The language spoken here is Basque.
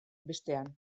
bestean